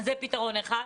זה פתרון אחד.